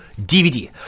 DVD